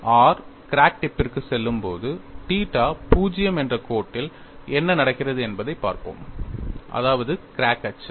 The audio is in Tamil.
R கிராக் டிப்பிற்குச் செல்லும்போது θ 0 என்ற கோட்டில் என்ன நடக்கிறது என்பதைப் பார்ப்போம் அதாவது கிராக் அச்சு